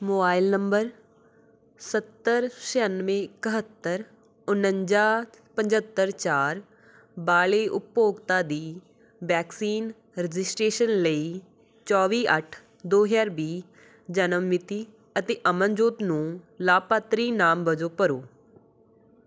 mobile number ਸੱਤਰ ਛਿਆਨਵੇਂ ਇਕਹੱਤਰ ਉਣੰਜਾ ਪੰਝੱਤਰ ਚਾਰ ਵਾਲੇ ਉਪਭੋਗਤਾ ਦੀ ਵੈਕਸੀਨ ਰਜਿਸਟ੍ਰੇਸ਼ਨ ਲਈ ਚੌਵੀ ਅੱਠ ਦੋ ਹਜ਼ਾਰ ਵੀਹ ਜਨਮ ਮਿਤੀ ਅਤੇ ਅਮਨਜੋਤ ਨੂੰ ਲਾਭਪਾਤਰੀ ਨਾਮ ਵਜੋਂ ਭਰੋ